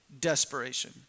desperation